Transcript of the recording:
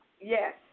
Yes